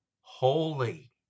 holy